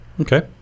Okay